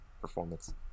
performance